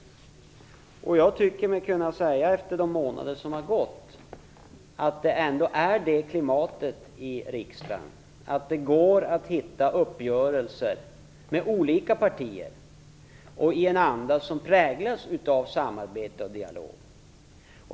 Efter de månader som har gått tycker jag mig kunna säga att det ändå finns ett sådant klimat här i riksdagen att det är möjligt att träffa uppgörelser med olika partier i en anda som präglas av samarbete och dialog.